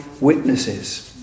witnesses